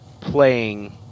playing